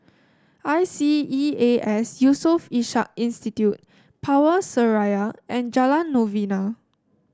I C E A S Yusof Ishak Institute Power Seraya and Jalan Novena